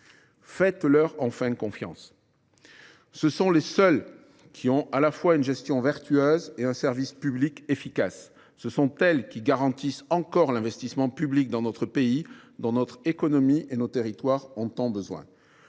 aux collectivités locales ! Elles seules ont à la fois une gestion vertueuse et un service public efficace. Ce sont elles qui garantissent encore l’investissement public dans notre pays, dont notre économie et nos territoires ont tant besoin.